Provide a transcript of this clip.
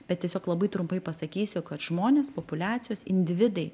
bet tiesiog labai trumpai pasakysiu kad žmonės populiacijos individai